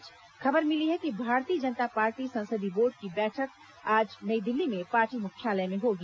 इस बीच खबर मिली है कि भारतीय जनता पार्ट र्थे संसदीय बोर्ड की बैठक आज न ई दिल्ली में पार्ट र्प मुख्यालय में होगी